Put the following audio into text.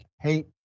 hate